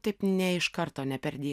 taip ne iš karto ne per die